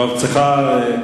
צריכה לסיים.